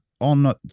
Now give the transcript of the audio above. on